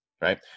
right